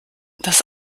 das